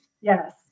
Yes